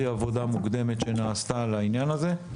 עבודה מוקדמת שנעשתה על העניין הזה.